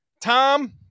Tom